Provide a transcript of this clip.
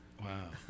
Wow